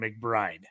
McBride